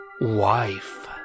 wife